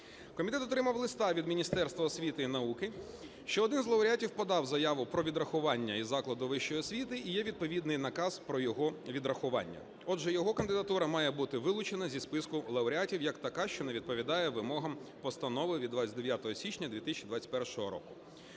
Комітет отримав листа від Міністерства освіти і науки, що один з лауреатів подав заяву про відрахування із закладу вищої освіти і є відповідний наказ про його відрахування. Отже, його кандидатура має бути вилучена зі списку лауреатів як така, що не відповідає вимогам Постанови від 29 січня 2021 року.